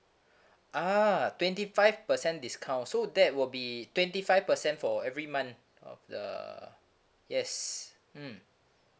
ah twenty five percent discount so that will be twenty five percent for every month of the yes mm